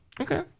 okay